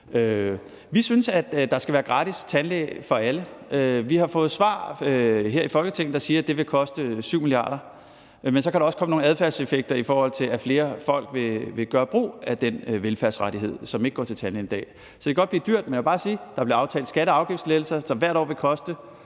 Vi synes, at der skal være gratis tandlæge for alle. Vi har fået svar her i Folketinget, der siger, at det vil koste 7 mia. kr., men så kan der også komme nogle adfærdseffekter, i forhold til at flere folk, som ikke går til tandlæge i dag, vil gøre brug af den velfærdsrettighed. Så det kan godt blive dyrt, men jeg vil bare sige, at der er blevet aftalt skatte- og afgiftslettelser, som hvert år vil koste